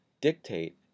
dictate